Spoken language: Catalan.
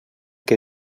que